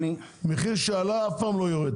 מחיר שעלה אף פעם לא יורד,